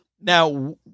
Now